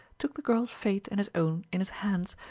took the girl's fate and his own in his hands,